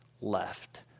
left